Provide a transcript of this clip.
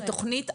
זה תוכנית ארוכה,